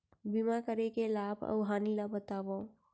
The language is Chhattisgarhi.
बीमा करे के लाभ अऊ हानि ला बतावव